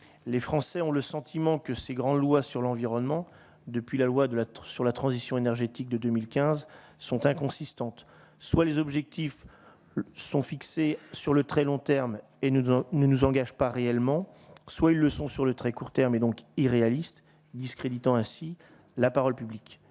les Français ont le sentiment que ces grandes lois sur l'environnement depuis la loi de la sur la transition énergétique de 2015 sont inconsistantes, soit les objectifs sont fixés sur le très long terme et nous on ne nous engage pas réellement soit une leçon sur le très court terme et donc irréaliste discréditant ainsi la parole publique